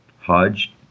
Hodge